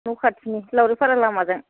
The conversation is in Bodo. न'खाथिनि लावरिपारा लामाजों